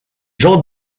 gens